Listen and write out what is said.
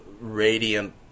radiant